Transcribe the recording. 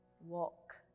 walk